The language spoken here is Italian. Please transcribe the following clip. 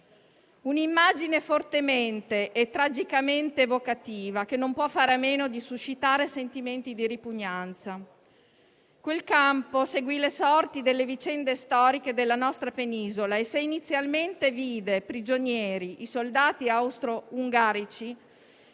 un'immagine fortemente e tragicamente evocativa, che non può fare a meno di suscitare sentimenti di ripugnanza. Quel campo seguì le sorti delle vicende storiche della nostra penisola e, se inizialmente vide prigionieri i soldati austro-ungarici,